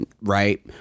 right